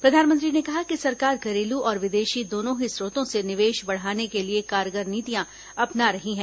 प्रधानमंत्री ने कहा कि सरकार घरेलू और विदेशी दोनों ही स्रोतों से निवेश बढ़ाने के लिए कारगर नीतियां अपना रही है